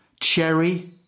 Cherry